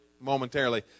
momentarily